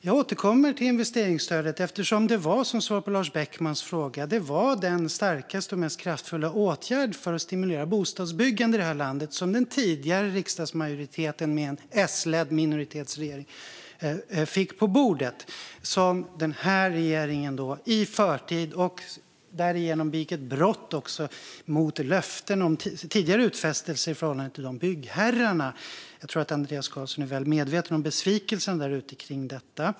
Jag återkommer till investeringsstödet eftersom det, som svar på Lars Beckmans fråga, var den starkaste och mest kraftfulla åtgärd för att stimulera bostadsbyggande i det här landet som den tidigare riksdagsmajoriteten, med en S-ledd minoritetsregering, fick på bordet. Den här regeringen avvecklade investeringsstödet i förtid och bröt därmed sina tidigare löften och utfästelser i förhållande till byggherrarna. Jag tror att Andreas Carlson är väl medveten om besvikelsen där ute när det gäller detta.